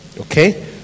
okay